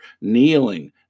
kneeling